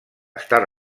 estar